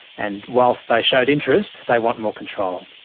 and whilst they showed interest, they want more control.